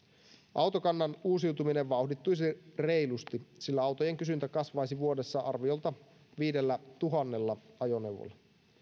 autokannan uusiutuminen vauhdittuisi reilusti sillä autojen kysyntä kasvaisi vuodessa arviolta viidellätuhannella ajoneuvoilla